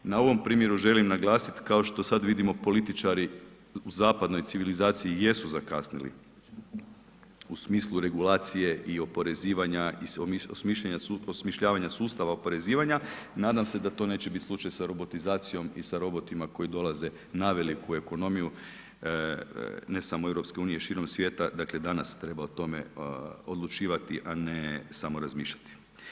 Na ovom primjeru želim naglasit kao što sad vidimo političari u zapadnoj civilizaciji jesu zakasnili u smislu regulacije i oporezivanja i osmišljavanja sustava oporezivanja, nadam se da to neće biti slučaj sa robotizacijom i sa robotima koji dolaze na veliku ekonomiju, ne samo EU i širom svijeta, dakle danas treba o tome odlučivati, a ne samo razmišljati.